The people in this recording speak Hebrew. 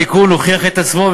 התיקון הוכיח את עצמו,